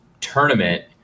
tournament